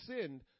sinned